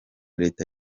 leta